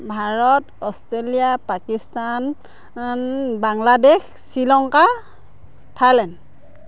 Bharat Australia Pakistan Bangladesh Sri Lanka Thailand